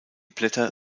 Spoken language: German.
blätter